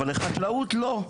אבל לחקלאות לא.